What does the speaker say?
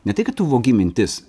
ne tai kad tu vogi mintis